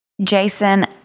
Jason